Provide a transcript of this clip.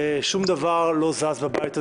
שום דבר לא זז בבית הזה,